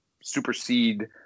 supersede